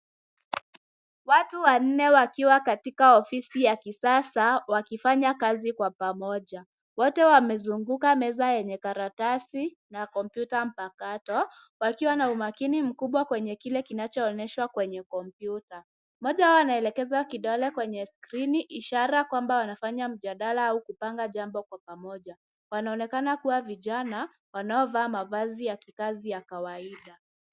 Watu wanne wakiwa katika ofisi ya kisasa wakifanya kazi kwa pamoja. Wote wamezunguka meza yenye karatasi na kompyuta mpakato, wakiwa na umakini mkubwa kwenye kile kinachoonyeshwa kwenye kompyuta. Mmoja wao anaelekeza kidole kwenye screen , ishara kwamba wanafanya mjadala au kupanga jambo kwa pamoja. Wanaonekana kuwa vijana wanaovaa mavazi ya kikazi ya kawaida.